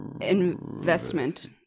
Investment